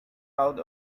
out